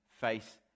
face